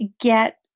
get